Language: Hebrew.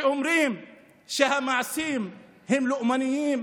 שאומרים שהמעשים הם לאומניים,